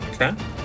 okay